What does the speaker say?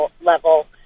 level